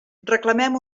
reclamem